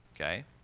okay